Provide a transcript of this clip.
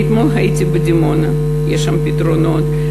אתמול הייתי בדימונה, יש שם פתרונות.